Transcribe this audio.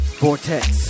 vortex